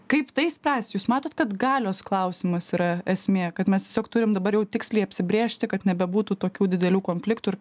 kaip tai spręs jūs matot kad galios klausimas yra esmė kad mes tiesiog turim dabar jau tiksliai apsibrėžti kad nebebūtų tokių didelių konfliktų ir